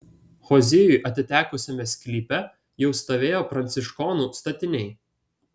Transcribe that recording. hozijui atitekusiame sklype jau stovėjo pranciškonų statiniai